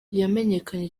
yamenyekanye